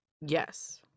yes